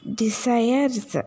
desires